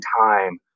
time